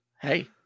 Hey